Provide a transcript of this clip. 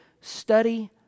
study